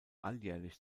alljährlich